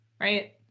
right